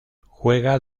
juega